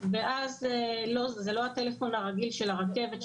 ואז זה לא הטלפון הרגיל של הרכבת,